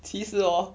其实 hor